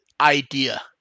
idea